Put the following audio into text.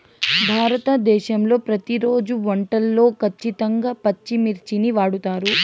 భారతదేశంలో ప్రతిరోజు వంటల్లో ఖచ్చితంగా పచ్చిమిర్చిని వాడుతారు